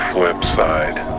Flipside